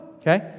okay